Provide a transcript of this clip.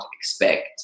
expect